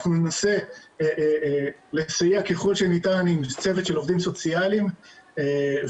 אנחנו ננסה לסייע ככל שניתן עם צוות של עובדים סוציאליים ועם